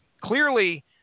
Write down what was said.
clearly